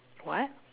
what